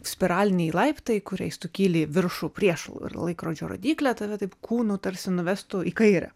spiraliniai laiptai kuriais tu kyli į viršų prieš laikrodžio rodyklę tave taip kūnu tarsi nuvestų į kairę